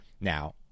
Now